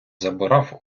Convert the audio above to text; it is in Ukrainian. забирав